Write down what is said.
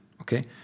okay